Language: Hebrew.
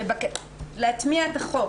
כדי להטמיע את החוק.